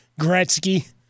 Gretzky